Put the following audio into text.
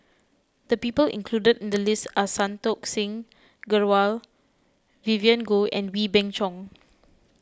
the people included in the list are Santokh Singh Grewal Vivien Goh and Wee Beng Chong